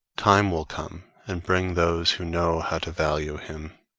time will come and bring those who know how to value him.